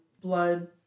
blood